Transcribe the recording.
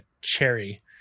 Cherry